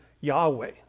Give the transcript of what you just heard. Yahweh